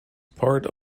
part